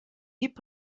hip